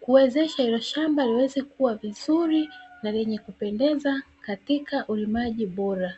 kuwezesha hilo shamba liweze kuwa vizuri na lenye kupendeza katika ulimaji bora.